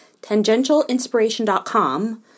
tangentialinspiration.com